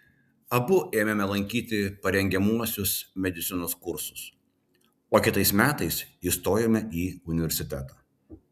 abu ėmėme lankyti parengiamuosius medicinos kursus o kitais metais įstojome į universitetą